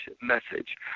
message